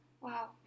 Wow